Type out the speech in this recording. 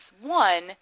One